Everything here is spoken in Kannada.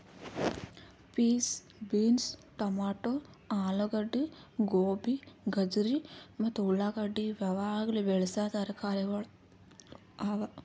ಪೀಸ್, ಬೀನ್ಸ್, ಟೊಮ್ಯಾಟೋ, ಆಲೂಗಡ್ಡಿ, ಗೋಬಿ, ಗಜರಿ ಮತ್ತ ಉಳಾಗಡ್ಡಿ ಇವು ಯಾವಾಗ್ಲೂ ಬೆಳಸಾ ತರಕಾರಿಗೊಳ್ ಅವಾ